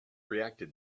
reacted